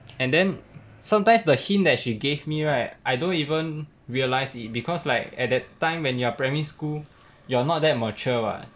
and then sometimes the hint that she gave me right I don't even realise it because like at that time when you are primary school you're not that mature [what]